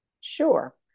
Sure